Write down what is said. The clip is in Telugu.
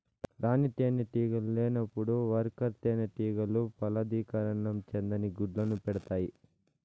రాణి తేనెటీగ లేనప్పుడు వర్కర్ తేనెటీగలు ఫలదీకరణం చెందని గుడ్లను పెడుతాయి